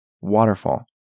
waterfall